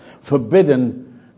forbidden